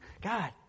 God